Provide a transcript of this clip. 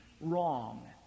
wrong